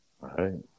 Right